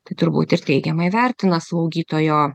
tai turbūt ir teigiamai vertina slaugytojo